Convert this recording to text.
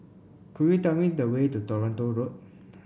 could you tell me the way to Toronto Road